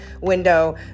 window